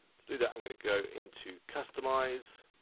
to do that, i'm gonna go into customise,